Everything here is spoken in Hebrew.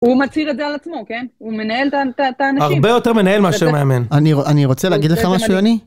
הוא מצהיר את זה על עצמו, כן? הוא מנהל את האנשים. הרבה יותר מנהל מאשר מאמן. אני רוצה להגיד לך משהו, יוני?